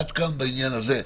עד כאן בעניין הזה.